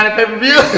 pay-per-view